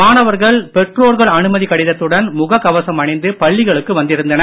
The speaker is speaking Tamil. மாணவர்கள் பெற்றோர்கள் அனுமதி கடிதத்துடன் முக கவசம் அணிந்து பள்ளிகளுக்கு வந்திருந்தனர்